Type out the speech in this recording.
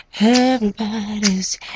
Everybody's